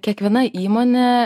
kiekviena įmonė